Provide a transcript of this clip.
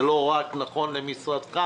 זה לא רק נכון למשרדך,